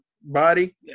body